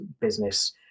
business